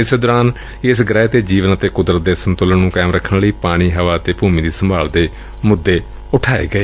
ਇਸੇ ਦੌਰਾਨ ਇਸ ਗੁਹਿ ਤੇ ਜੀਵਨ ਅਤੇ ਕੁਦਰਤ ਦੇ ਸੰਤੁਲਨ ਨੂੰ ਕਾਇਮ ਰੱਖਣ ਲਈ ਪਾਣੀ ਹਵਾ ਅਤੇ ਭੂਮੀ ਦੀ ਸੰਭਾਲ ਦੇ ਮੁੱਦੇ ਉਠਾਏ ਗਏ